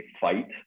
fight